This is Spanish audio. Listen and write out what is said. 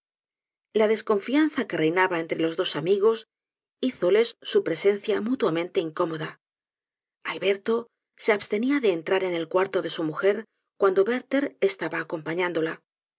la desconfianza que reinaba entre los dos amigos hizoles su presencia mútuameute incómoda alberto se abstenía de entrar en el cuarto de su mujer cuando werlher estaba acompañándola